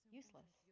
useless